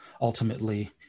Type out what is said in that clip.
ultimately